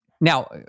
Now